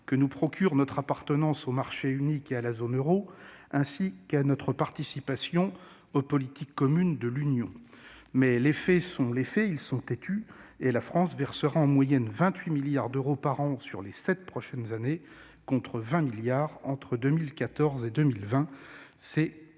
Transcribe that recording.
que nous procure notre appartenance au marché unique et à la zone euro, ainsi que notre participation aux politiques communes de l'Union. Mais les faits sont têtus : la France versera en moyenne 28 milliards d'euros par an durant les sept prochaines années, contre 20 milliards d'euros entre 2014 et 2020. C'est considérable